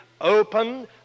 open